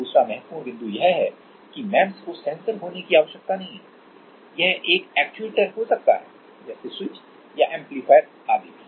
दूसरा महत्वपूर्ण बिंदु यह है कि एमईएमएस को सेंसर होने की आवश्यकता नहीं है यह एक एक्चुएटर हो सकता है जैसे स्विच या एम्पलीफायर आदि भी